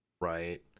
right